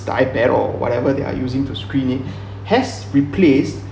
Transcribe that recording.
the ipad or whatever they are using to screen it has replaced